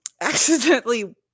accidentally